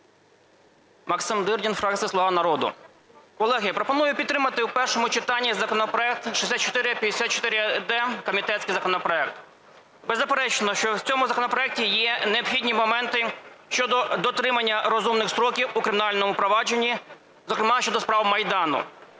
Максим Дирдін, фракція "Слуга народу". Колеги, пропоную підтримати в першому читанні законопроект 6454-д, комітетський законопроект. Беззаперечно, що в цьому законопроекті є необхідні моменти щодо дотримання розумних строків у кримінальному провадженні, зокрема щодо справ Майдану.